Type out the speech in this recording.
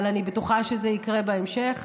אבל אני בטוחה שזה יקרה בהמשך.